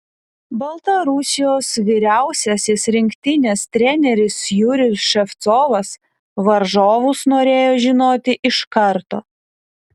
baltarusijos vyriausiasis rinktinės treneris jurijus ševcovas varžovus norėjo žinoti iš karto